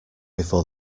before